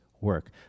Work